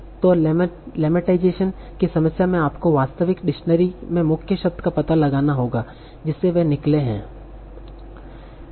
तो लेमटाइजेशन की समस्या में आपको वास्तविक डिक्शनरी में मुख्य शब्द का पता लगाना होगा जिससे वे निकले हैं